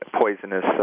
poisonous